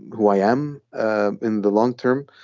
who i am in the long term.